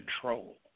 control